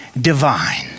divine